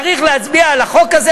צריך להצביע בעד החוק הזה,